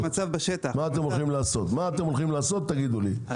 מה אתם הולכים לעשות תגידו לי,